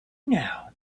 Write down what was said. now